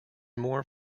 more